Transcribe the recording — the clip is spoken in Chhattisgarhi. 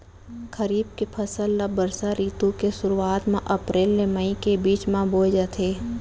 खरीफ के फसल ला बरसा रितु के सुरुवात मा अप्रेल ले मई के बीच मा बोए जाथे